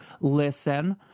listen